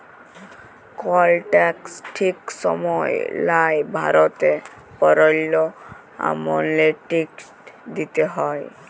call tax ঠিক সময় লায় ভরতে পারল্যে, অ্যামনেস্টি দিতে হ্যয়